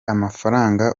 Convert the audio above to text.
amafaranga